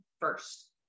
first